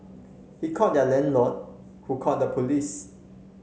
he called their landlord who called the police